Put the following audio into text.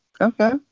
Okay